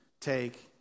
Take